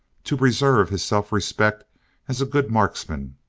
to preserve his self-respect as a good marksman,